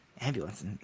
Ambulance